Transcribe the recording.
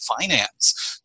finance